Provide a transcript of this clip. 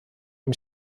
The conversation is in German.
ihm